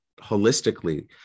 holistically